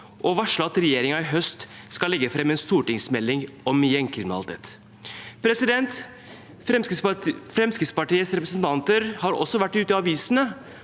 og varslet at regjeringen i høst skal legge fram en stortingsmelding om gjengkriminalitet. Fremskrittspartiets representanter har også vært ute i avisene